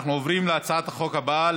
אנחנו עוברים להצבעה העל הצעת החוק הבאה,